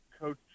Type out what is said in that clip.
Coach